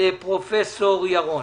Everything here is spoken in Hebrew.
פרופ' ירון.